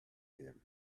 him